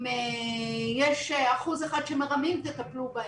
אם יש אחוז אחד שמרמים תטפלו בהם.